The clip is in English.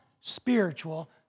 spiritual